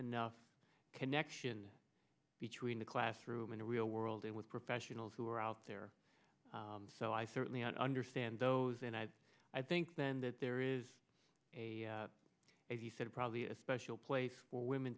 enough connection between the classroom in the real world with professionals who are out there so i certainly understand those and i i think then that there is a as he said probably a special place for women